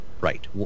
right